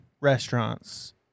restaurants